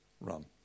Run